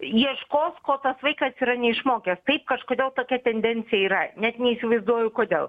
ieškos ko tas vaikas yra neišmokęs tai kažkodėl tokia tendencija yra net neįsivaizduoju kodėl